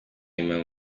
inyuma